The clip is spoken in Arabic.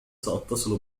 سأتصل